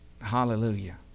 hallelujah